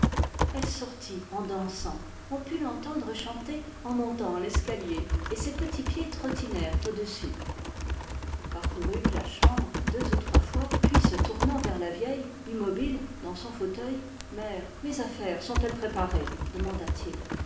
elle sortit en dansant on put l'entendre chanter en montant l'escalier et ses petits pieds trottin rent l parcourut la chambre deux ou trois fois puis se tournant vers la vieille immobile dans son fauteuil mère mes affaires sont-elles préparées demanda-t-il